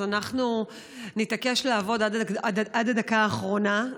אז אנחנו נתעקש לעבוד עד הדקה האחרונה.